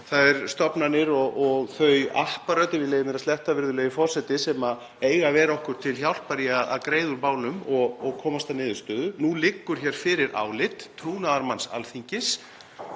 þær stofnanir og þau apparöt, ef ég leyfi mér að sletta, virðulegi forseti, sem eiga að vera okkur til hjálpar í að greiða úr málum og komast að niðurstöðu. Nú liggur fyrir álit trúnaðarmanns Alþingis